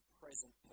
present